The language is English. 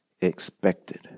expected